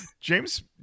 james